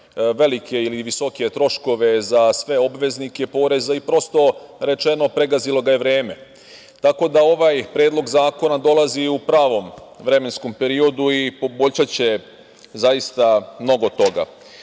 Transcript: velike ili visoke troškove za sve obveznike poreza i prosto rečeno, pregazilo ga je vreme. Tako da ovaj Predlog zakona dolazi u pravom vremenskom periodu i poboljšaće mnogo toga. Kao